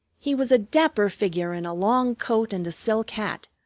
he was a dapper figure in a long coat and a silk hat,